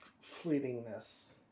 fleetingness